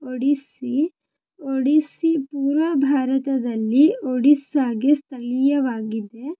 ಒಡಿಸ್ಸಿ ಒಡಿಸ್ಸಿ ಪೂರ್ವ ಭಾರತದಲ್ಲಿ ಒಡಿಸ್ಸಾಗೆ ಸ್ಥಳೀಯವಾಗಿದೆ